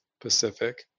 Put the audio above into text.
Pacific